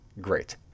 Great